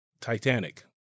Titanic